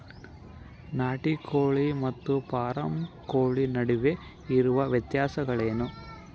ನಾಟಿ ಕೋಳಿ ಮತ್ತು ಫಾರಂ ಕೋಳಿ ನಡುವೆ ಇರುವ ವ್ಯತ್ಯಾಸಗಳೇನು?